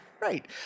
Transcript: Right